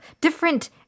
different